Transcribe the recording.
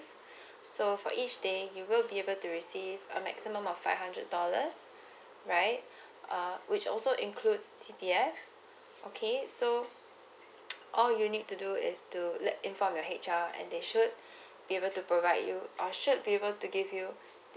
so for each day you will be able to receive a maximum of five hundred dollars right uh which also includes C_P_F okay so all you need to do is to let inform your H R and they should be able to provide you or should be able to give you